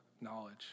Knowledge